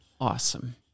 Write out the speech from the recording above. awesome